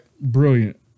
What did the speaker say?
Brilliant